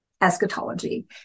eschatology